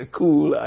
cool